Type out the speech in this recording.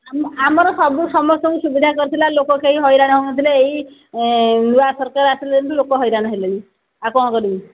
ଆମ ଆମର ସବୁ ସମସ୍ତଙ୍କୁ ସୁବିଧା କରିଥିଲା ଲୋକ କେହି ହଇରାଣ ହେଉନଥିଲେ ଏଇ ନୂଆ ସରକାର ଆସିଲେ ଦିନଠୁ ଲୋକ ହଇରାଣ ହେଲେଣି ଆଉ କ'ଣ କରିବୁ